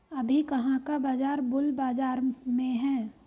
अभी कहाँ का बाजार बुल बाजार में है?